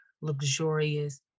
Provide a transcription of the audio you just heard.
luxurious